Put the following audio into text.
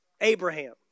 Abraham